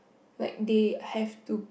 like they have to